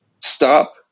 stop